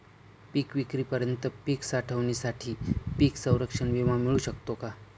पिकविक्रीपर्यंत पीक साठवणीसाठी पीक संरक्षण विमा मिळू शकतो का?